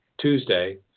Tuesday